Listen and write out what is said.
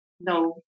No